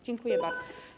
Dziękuję bardzo.